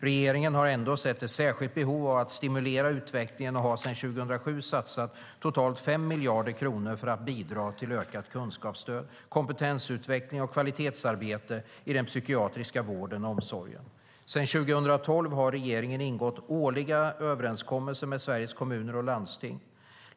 Regeringen har ändå sett ett särskilt behov av att stimulera utvecklingen och har sedan 2007 satsat totalt 5 miljarder kronor för att bidra till ökat kunskapsstöd, kompetensutveckling och kvalitetsarbete i den psykiatriska vården och omsorgen. Sedan 2012 har regeringen ingått årliga överenskommelser med Sveriges Kommuner och Landsting.